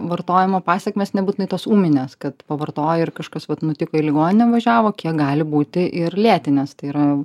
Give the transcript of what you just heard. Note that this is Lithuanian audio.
vartojimo pasekmės nebūtinai tos ūminės kad pavartoja ir kažkas vat nutiko į ligoninę važiavo kiek gali būti ir lėtinės tai yra